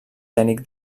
tècnic